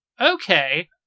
okay